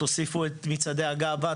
תוסיפו את מצעדי הגאווה,